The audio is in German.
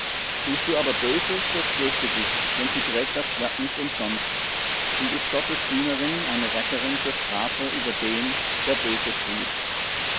tust du aber böses so fürchte dich denn sie trägt das schwert nicht umsonst sie ist gottes dienerin eine rächerin zur strafe über den der böses tut